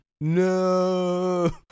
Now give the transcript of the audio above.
no